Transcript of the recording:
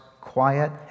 quiet